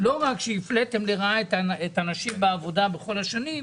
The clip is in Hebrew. שלא רק שהפליתם לרעה את הנשים בעבודה במשך כל השנים,